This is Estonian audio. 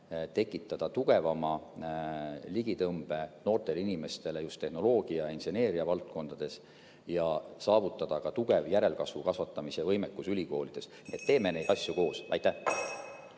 tekitada tugevama ligitõmbe noortele inimestele just tehnoloogia ja inseneeria valdkondades ja saavutada tugeva järelkasvu kasvatamise võimekuse ülikoolides. Teeme neid asju koos.